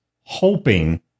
hoping